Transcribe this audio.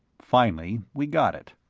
finally we got it